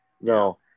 No